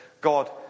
God